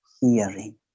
hearing